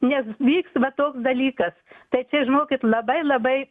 nes vyks va toks dalykas tai žinokit labai labai